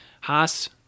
Haas